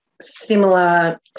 similar